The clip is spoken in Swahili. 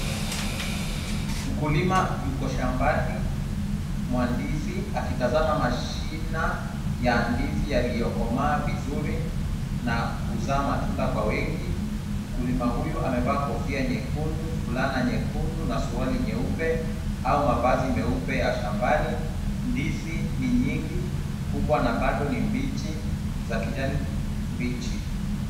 Mkulima yuko shambani, mwa ndizi akitazama mashina ya ndizi yaliyokomaa vizuri na kuzaa matunda kwa wingi, mkulima huyu amevaa kofia nyekundu, fulana nyekundu na suruali nyeupe au mavazi meupe ya shambani, ndizi ni nyingi, kubwa na bado ni mbichi, za kijani mbichi.